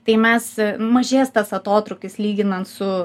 tai mes mažės tas atotrūkis lyginant su